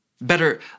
Better